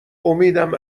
امیدم